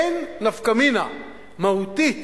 אין נפקא מינה מהותית